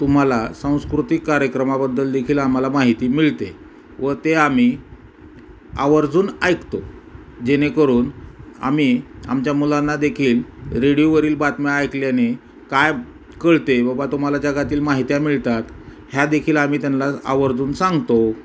तुम्हाला सांस्कृतिक कार्यक्रमाबद्दल देखील आम्हाला माहिती मिळते व ते आम्ही आवर्जून ऐकतो जेणेकरून आम्ही आमच्या मुलांना देखील रेडिओवरील बातम्या ऐकल्याने काय कळते बबा तुम्हाला जगातील माहिती मिळतात ह्यादेखील आम्ही त्यांला आवर्जून सांगतो